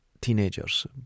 teenagers